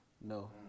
No